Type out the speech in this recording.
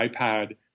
iPad